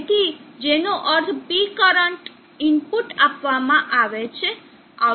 તેથી જેનો અર્થ P કરંટ ઈનપુટ આપવામાં આવે છે આઉટપુટ ઓછું હશે